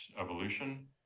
evolution